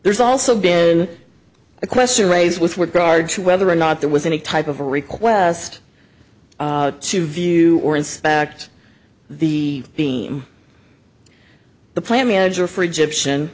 there's also been a question raised with regard to whether or not there was any type of request to view or inspect the team the plant manager for egyptian